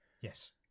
Yes